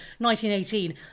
1918